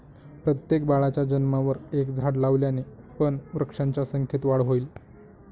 प्रत्येक बाळाच्या जन्मावर एक झाड लावल्याने पण वृक्षांच्या संख्येत वाढ होईल